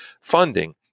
funding